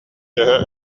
төһө